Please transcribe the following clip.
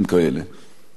תודה רבה לך,